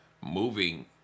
moving